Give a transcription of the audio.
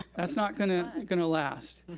that's not gonna gonna last.